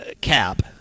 cap